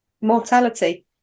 mortality